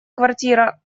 квартира